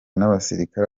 n’abasirikare